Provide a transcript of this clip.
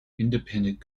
independent